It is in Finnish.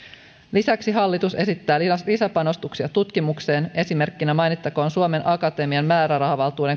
lisäksi hallitus esittää lisäpanostuksia tutkimukseen esimerkkinä mainittakoon suomen akatemian määrärahavaltuuden